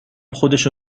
خودشو